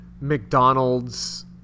McDonald's